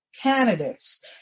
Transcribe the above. candidates